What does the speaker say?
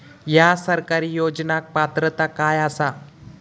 हया सरकारी योजनाक पात्रता काय आसा?